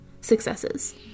successes